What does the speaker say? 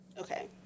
Okay